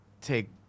take